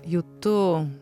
ju tu